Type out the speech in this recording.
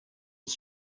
was